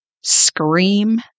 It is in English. scream